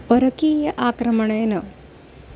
परकीय आक्रमणेन